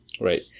Right